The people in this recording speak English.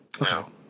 No